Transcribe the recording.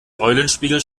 eulenspiegel